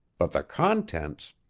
but the contents